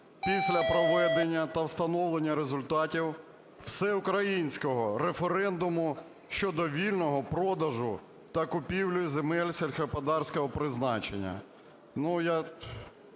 після проведення та встановлення результатів всеукраїнського референдуму щодо вільного продажу та купівлі земель сільськогосподарського призначення".